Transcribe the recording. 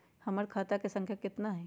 हमर खाता के सांख्या कतना हई?